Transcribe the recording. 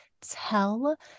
tell